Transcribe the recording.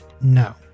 no